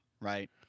right